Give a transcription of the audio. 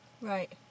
right